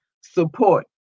Support